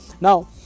now